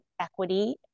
equity